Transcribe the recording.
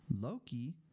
Loki